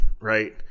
Right